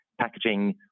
packaging